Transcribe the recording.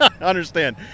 understand